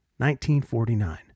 1949